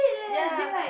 ya